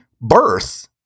birth